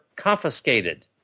confiscated